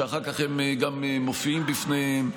כשאחר כך הם גם מופיעים בפניהם,